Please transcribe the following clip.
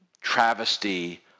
travesty